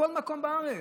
בכל מקום בארץ.